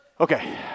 Okay